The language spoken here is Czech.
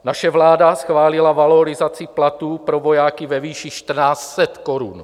Naše vláda schválila valorizaci platů pro vojáky ve výši 1 400 korun.